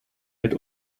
mit